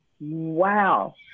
Wow